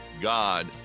god